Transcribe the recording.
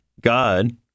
God